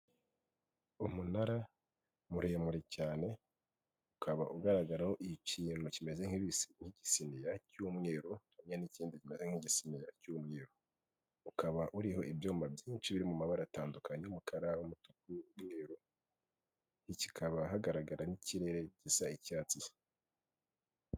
Umunara muremure cyane ukaba ugaragaraho ikintu kimeze nk'igisiniya cy'umweru hamwe n'ikindi kimeze nk'igisiniya cy'umweru, ukaba uriho ibyuma byinshi biri mu mabara atandukanye umukara, umutuku, umweru kikaba hagaragara n'ikirere gisa icyatsi.